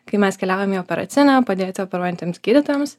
kai mes keliaujame į operacinę padėti operuojantiems gydytojams